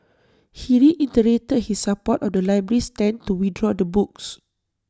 he reiterated his support of the library's stand to withdraw the books